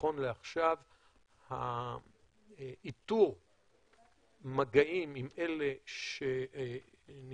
נכון לעכשיו איתור המגעים עם אלה שנמצאו